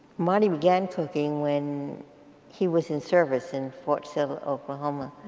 marty began cooking when he was in service in fort sill oklahoma